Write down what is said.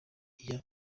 iya